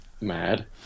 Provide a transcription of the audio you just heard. mad